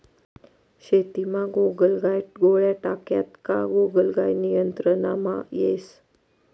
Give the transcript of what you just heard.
शेतीमा गोगलगाय गोळ्या टाक्यात का गोगलगाय नियंत्रणमा येस